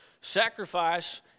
Sacrifice